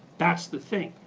that's the thing.